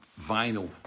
vinyl